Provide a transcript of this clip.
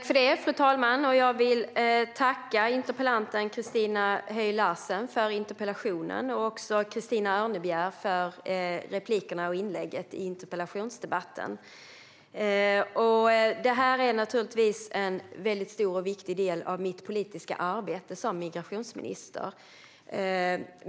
Fru talman! Jag vill tacka interpellanten Christina Höj Larsen för interpellationen och Christina Örnebjär för inläggen i interpellationsdebatten. Detta är naturligtvis en stor och viktig del av mitt politiska arbete som migrationsminister.